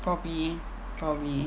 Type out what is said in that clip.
probably probably